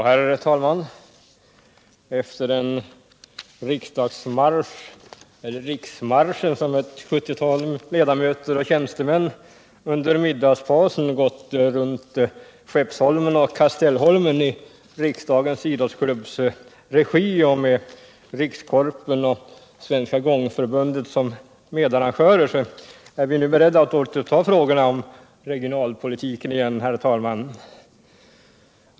Herr talman! Efter riksdagsmarschen runt Skeppsholmen och Kastellholmen som ett 70-tal ledamöter och tjänstemän företog under middagspausen i Riksdagens idrottsklubbs regi och med Korpen och Svenska gångförbundet som medarrangörer är vi nu beredda att återuppta diskussionen om frågorna kring regionalpolitiken.